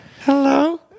Hello